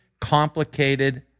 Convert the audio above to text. complicated